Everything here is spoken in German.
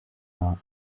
war